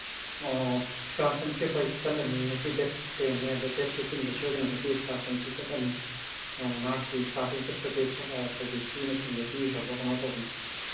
ꯑꯣ ꯏꯁꯀꯥꯔꯁꯟꯁꯤ ꯍꯣꯏ ꯆꯠꯂꯅꯤ ꯉꯁꯤ ꯗꯦꯠ ꯇꯦꯟꯅꯤ ꯑꯗꯨ ꯗꯦꯠ ꯐꯤꯞꯇꯤꯟꯗ ꯁꯣꯏꯗꯅꯃꯛꯀꯤ ꯏꯁꯀꯥꯔꯁꯟꯁꯤ ꯆꯠꯂꯅꯤ ꯅꯍꯥꯛꯀꯤ ꯏꯁꯀꯥꯔꯁꯟ ꯆꯠꯄꯒꯤ ꯑꯩꯈꯣꯏꯒꯤ ꯐꯤꯅꯆꯤꯡꯕ ꯄꯤꯈ꯭ꯔꯕꯔꯣ ꯀꯃꯥꯏ ꯇꯧꯕꯅꯣ